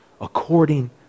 according